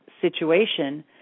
situation